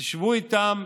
תשבו איתם,